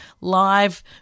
live